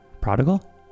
Prodigal